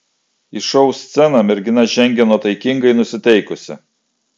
į šou sceną mergina žengė nuotaikingai nusiteikusi